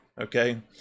okay